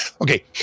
Okay